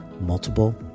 multiple